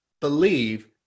believe